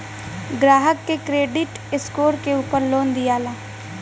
ग्राहक के credit score के उपर लोन दियाला